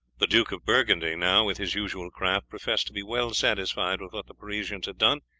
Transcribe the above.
the duke of burgundy now, with his usual craft, professed to be well satisfied with what the parisians had done,